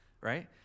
right